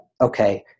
okay